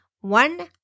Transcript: One